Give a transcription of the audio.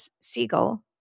Siegel